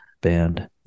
band